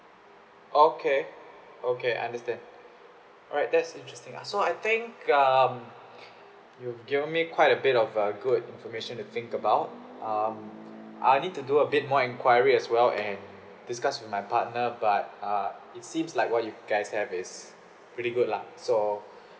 okay okay I understand alright that's interesting uh so I think um you given me quite a bit of uh good information to think about um I'll need to do a bit more enquiries as well and discuss with my partner but uh it seems like what you guys have is pretty good lah so